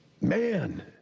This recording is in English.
Man